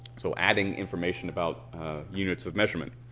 so adding information about units of measurement.